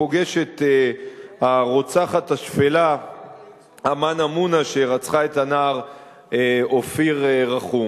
פוגש את הרוצחת השפלה אמנה מונא שרצחה את הנער אופיר רחום.